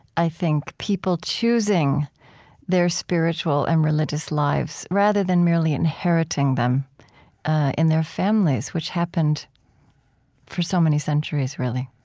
i think people choosing their spiritual and religious lives rather than merely inheriting them in their families, which happened for so many centuries, really